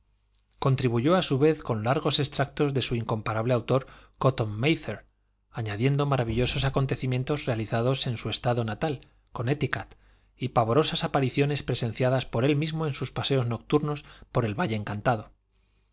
contribuyó a su vez con largos extractos de su incomparable autor cotton máther añadiendo maravillosos acontecimientos realizados en su estado natal connécticut y pavorosas apariciones presenciadas por él mismo en sus paseos nocturnos por el valle encantado la